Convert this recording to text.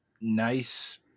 nice